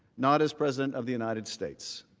not as president of the united states.